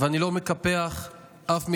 אני לא מקפח אף מגזר,